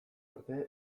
arte